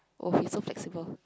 oh he's so flexible